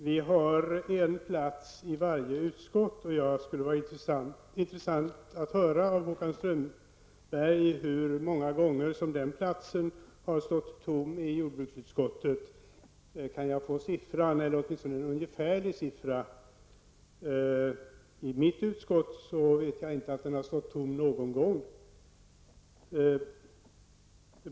Fru talman! Miljöpartiet har en plats i varje utskott. Det vore intressant att höra av Håkan Strömberg hur många gånger som vår plats i jordbruksutskottet har stått tom. Jag undrar om jag kan få siffran, eller åtminstone en ungefärlig siffra. I det utskott som jag är ledamot av vet jag inte att miljöpartiets plats har stått tom någon gång.